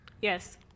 Yes